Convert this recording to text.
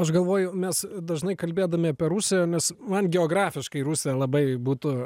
aš galvoju mes dažnai kalbėdami apie rusiją mes man geografiškai rusija labai būtų